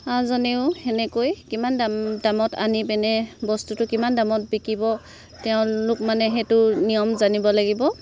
জনেও সেনেকৈ কিমান দাম দামত আনি পিনে বস্তুটো কিমান দামত বিকিব তেওঁলোক মানে সেইটো নিয়ম জানিব লাগিব